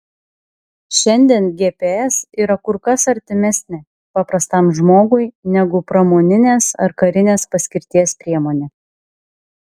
šiandien gps yra kur kas artimesnė paprastam žmogui negu pramoninės ar karinės paskirties priemonė